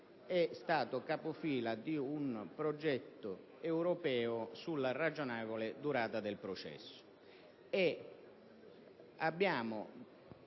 è stato capofila di un progetto europeo sulla ragionevole durata del processo